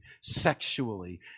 sexually